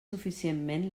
suficientment